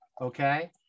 Okay